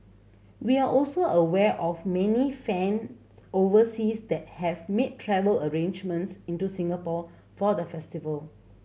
we are also aware of many fans overseas that have made travel arrangements into Singapore for the festival